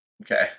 Okay